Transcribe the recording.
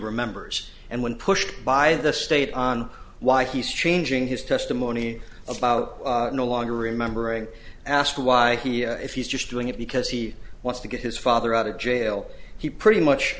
remembers and when pushed by the state on why he's changing his testimony about no longer remembering asked why if he's just doing it because he wants to get his father out of jail he pretty much